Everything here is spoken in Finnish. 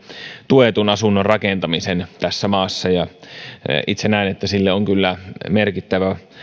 tuetun asunnon rakentamisen tässä maassa itse näen että sille on kyllä merkittävä